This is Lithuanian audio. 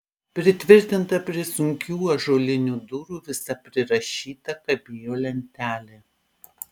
pritvirtinta prie sunkių ąžuolinių durų visa prirašyta kabėjo lentelė